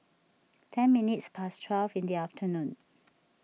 ten minutes past twelve in the afternoon